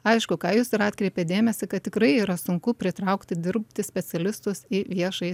aišku į ką jūs ir atkreipėt dėmesį kad tikrai yra sunku pritraukti dirbti specialistus į viešąjį